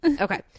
okay